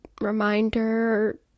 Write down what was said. reminder